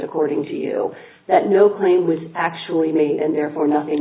according to you that no claim was actually made and therefore nothing